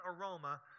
aroma